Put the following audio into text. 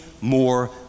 more